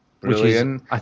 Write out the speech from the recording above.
Brilliant